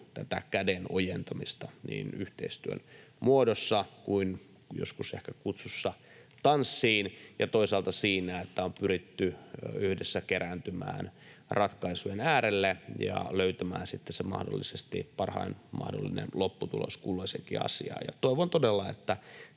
tätä käden ojentamista, niin yhteistyön muodossa kuin joskus ehkä kutsussa tanssiin ja toisaalta siinä, että on pyritty yhdessä kerääntymään ratkaisujen äärelle ja löytämään sitten se mahdollisesti parhain mahdollinen lopputulos kulloiseenkin asiaan. Ja toivon todella, että